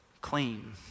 clean